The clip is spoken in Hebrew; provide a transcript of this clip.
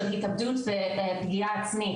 של התאבדות ופגיעה עצמית,